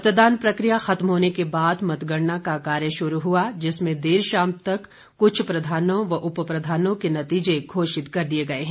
मतदान प्रक्रिया खत्म होने के बाद मतगणना का कार्य शुरू हुआ जिसमें देर शाम तक कुछ प्रधानों व उपप्रधानों के नतीजे घोषित किए गए हैं